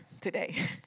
today